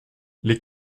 les